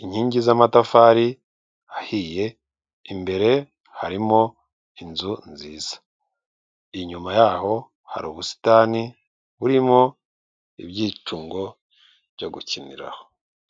inkingi z'amatafari ahiye imbere harimo inzu nziza inyuma yaho hari ubusitani burimo ibyicungo byo gukiniraho.